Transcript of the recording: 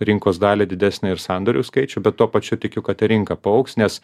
rinkos dalį didesnį ir sandorių skaičių bet tuo pačiu tikiu kad ir rinka paaugs nes